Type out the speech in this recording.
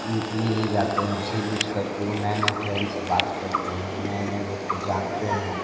मिल ही जाते हैं उसे यूज कर के वो नए नए फ्रेंड से बात करते हैं नए नए लोग को जानते हैं